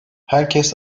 herkes